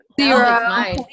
Zero